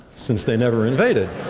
since they never invaded.